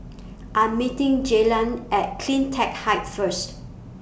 I Am meeting Jaylan At CleanTech Height First